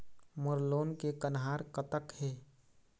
मोर loan के कन्हार कतक हे?